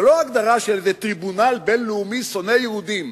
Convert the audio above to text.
זו לא איזו הגדרה של איזה טריבונל בין-לאומי שונא יהודים.